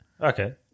Okay